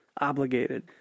obligated